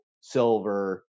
silver